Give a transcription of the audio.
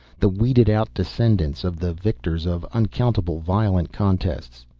the weeded-out descendants, of the victors of uncountable violent contests.